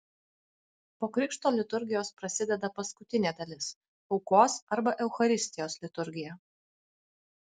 po krikšto liturgijos prasideda paskutinė dalis aukos arba eucharistijos liturgija